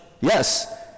Yes